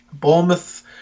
Bournemouth